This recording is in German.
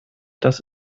dass